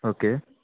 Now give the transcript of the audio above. okay